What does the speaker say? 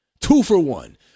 Two-for-one